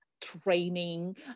training